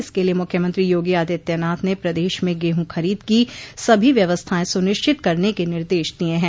इसके लिये मुख्यमंत्री योगी आदित्यनाथ ने प्रदेश में गेहूं खरीद की सभी व्यवस्थाएं सुनिश्चित करने के निर्देश दिये है